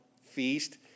feast